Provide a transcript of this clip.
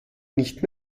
nicht